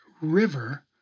River